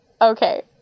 okay